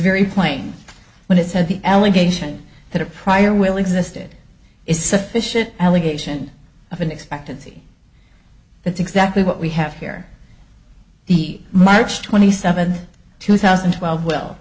plain when it said the allegation that a prior will existed is sufficient allegation of an expectancy that's exactly what we have here the march twenty seventh two thousand and twelve will